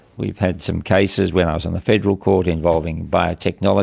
we've had some cases when i was on the federal court involving biotechnology,